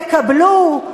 יקבלו,